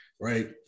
right